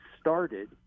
started